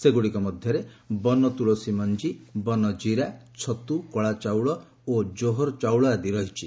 ସେଗୁଡ଼ିକ ମଧ୍ୟରେ ବନତୁଳସୀ ମଞ୍ଜି ବନ ଜିରା ଛତୁ କଳା ଚାଉଳ ଓ ଜୋହର ଚାଉଳ ଆଦି ରହିଛି